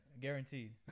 guaranteed